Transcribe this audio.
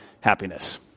happiness